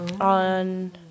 On